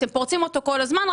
אתם פורצים אותו כל הזמן,